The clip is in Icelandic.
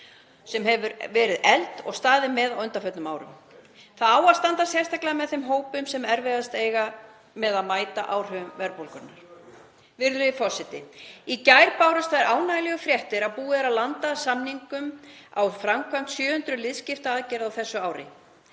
sem hefur verið efld og staðið með á undanförnum árum. Það á að standa sérstaklega með þeim hópum sem erfiðast eiga með að mæta áhrifum verðbólgunnar. Virðulegi forseti. Í gær bárust þær ánægjulegu fréttir að búið væri að landa samningum um framkvæmd 700 liðskiptaaðgerða á þessu ári.